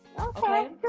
Okay